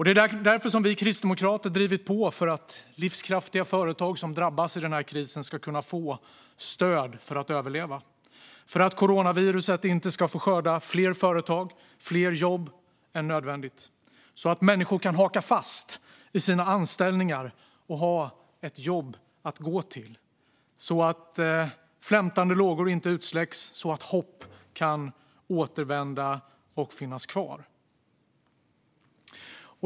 Det är därför som vi kristdemokrater har drivit på för att livskraftiga företag som drabbas i den här krisen ska kunna få stöd för att överleva, så att coronaviruset inte ska få skörda fler företag och fler jobb än nödvändigt, så att människor kan haka fast i sina anställningar och ha ett jobb att gå till och så att flämtande lågor inte släcks utan hopp kan återvända och finnas kvar.